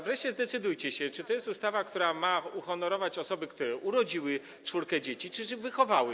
Wreszcie zdecydujcie się, czy to jest ustawa, która ma uhonorować osoby, które urodziły czwórkę dzieci, czy wychowały.